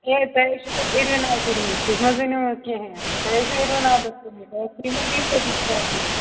ہے تۄہہِ حظ چھُو تَتھ اِروِناو کٔرمٕژ تُہۍ مہٕ حظ ؤنِو وۄنۍ کِہیٖنۍ تۄہہِ حظ چھُو اِروِناو تَتھ کٔرمٕژ تۄہہِ حظ ٹی شٲٹٕے خراب کٔرِتھ